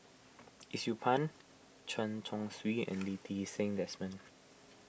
Yee Siew Pun Chen Chong Swee and Lee Ti Seng Desmond